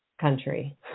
country